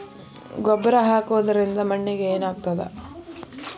ಗೊಬ್ಬರ ಹಾಕುವುದರಿಂದ ಮಣ್ಣಿಗೆ ಏನಾಗ್ತದ?